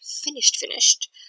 finished-finished